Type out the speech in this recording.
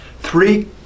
three